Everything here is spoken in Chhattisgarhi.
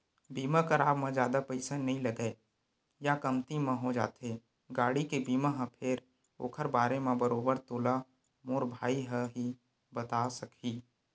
बीमा कराब म जादा पइसा नइ लगय या कमती म हो जाथे गाड़ी के बीमा ह फेर ओखर बारे म बरोबर तोला मोर भाई ह ही बताय सकही